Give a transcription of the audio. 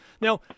Now